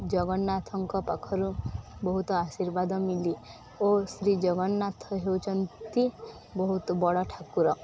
ଜଗନ୍ନାଥଙ୍କ ପାଖରୁ ବହୁତ ଆଶୀର୍ବାଦ ମିଳେ ଓ ଶ୍ରୀ ଜଗନ୍ନାଥ ହେଉଛନ୍ତି ବହୁତ ବଡ଼ ଠାକୁର